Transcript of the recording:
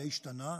זה השתנה כמו,